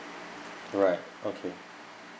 alright okay